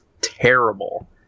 terrible